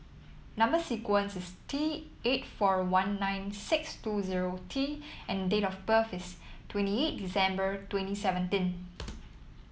number sequence is T eight four one nine six two zero T and date of birth is twentyeight December twenty seventeen